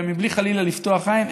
ומבלי חלילה לפתוח עין,